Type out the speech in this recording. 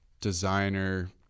designer